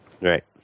Right